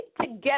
together